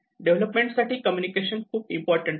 development साठी communication खुप important असते